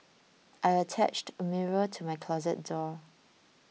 I attached a mirror to my closet door